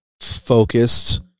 focused